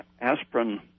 aspirin